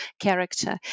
character